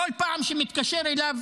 בכל פעם שמתקשר אליו